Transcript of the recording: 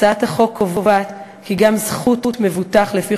הצעת החוק קובעת כי גם זכות מבוטח לפי